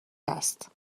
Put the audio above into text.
هست